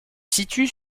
situe